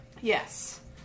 yes